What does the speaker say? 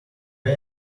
pan